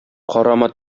карама